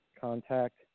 contact